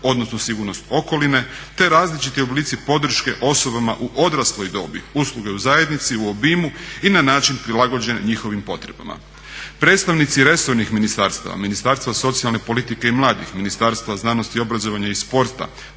odnosno sigurnost okoline te različiti oblici podrške osobama u odrasloj dobi, usluge u zajednici u obimu i na način prilagođen njihovim potrebama. Predstavnici resornih ministarstava, Ministarstva socijalne politike i mladih, Ministarstva znanosti, obrazovanja i sporta,